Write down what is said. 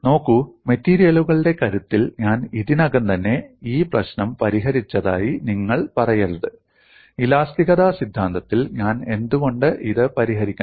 നോക്കൂ മെറ്റീരിയലുകളുടെ കരുത്തിൽ ഞാൻ ഇതിനകം തന്നെ ഈ പ്രശ്നം പരിഹരിച്ചതായി നിങ്ങൾ പറയരുത് ഇലാസ്തികത സിദ്ധാന്തത്തിൽ ഞാൻ എന്തുകൊണ്ട് ഇത് പരിഹരിക്കണം